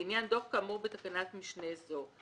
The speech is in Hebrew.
לעניין דוח כאמור בתקנת משנה זו.